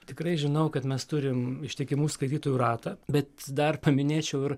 tikrai žinau kad mes turim ištikimų skaitytojų ratą bet dar paminėčiau ir